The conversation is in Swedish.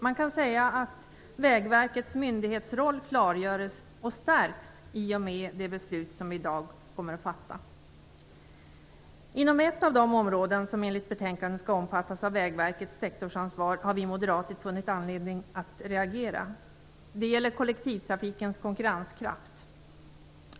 Man kan säga att Vägverkets myndighetsroll klargörs och stärks i och med det beslut som vi i dag kommer att fatta. Inom ett av de områden som enligt betänkandet skall omfattas av Vägverkets sektorsansvar har vi moderater funnit anledning att reagera. Det gäller kollektivtrafikens konkurrenskraft.